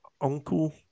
uncle